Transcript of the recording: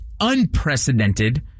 unprecedented